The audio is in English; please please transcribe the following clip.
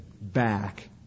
back